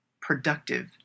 productive